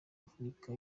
afurika